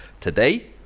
Today